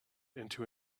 into